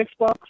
Xbox